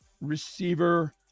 receiver